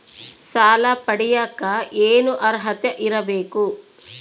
ಸಾಲ ಪಡಿಯಕ ಏನು ಅರ್ಹತೆ ಇರಬೇಕು?